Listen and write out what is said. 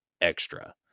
extra